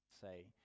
say